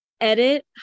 Edit